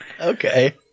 Okay